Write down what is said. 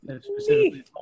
specifically